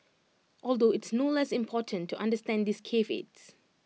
although it's no less important to understand these caveats